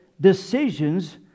decisions